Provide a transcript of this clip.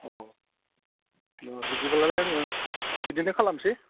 अ बिदिब्लालाय आङो बिदिनो खालामसै